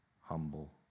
humble